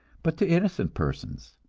but to innocent persons.